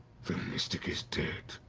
mystic is dead.